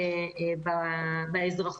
באזרחות.